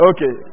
Okay